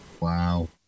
wow